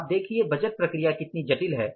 आप देखिए बजट प्रक्रिया कितनी जटिल है